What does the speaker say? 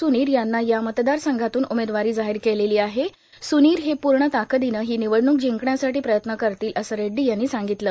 सुनीर यांना या मतदार संघातून उमेदवारी जाहीर केलेली आहे सुनीर हे पूर्ण ताकदीनं ही निवडणूक जिंकण्यासाठी प्रयत्न करतील असं रेड्डी यांनी सांगितलं